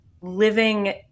living